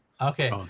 okay